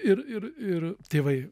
ir ir ir tėvai